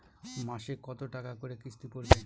মাসে কত টাকা করে কিস্তি পড়বে?